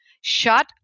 shut